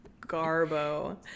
garbo